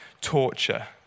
torture